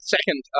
Second